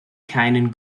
keinen